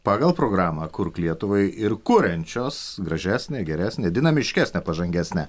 pagal programą kurk lietuvai ir kuriančios gražesnę geresnę dinamiškesnę pažangesnę